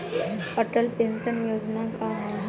Atal pension Yojana का ह?